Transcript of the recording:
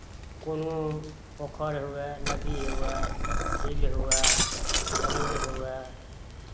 कोनो पोखरि हुअए नदी हुअए झील हुअए समुद्र हुअए